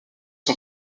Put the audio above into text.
son